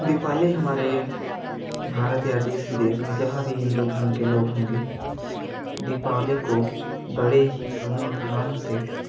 दीपावली हमारे भारत या देश विदेश में जहाँ भी हिन्दू धर्म के लोग होंगे दीपावली को बड़े ही धूमधाम से